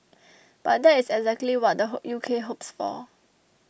but that is exactly what the U K hopes for